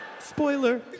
Spoiler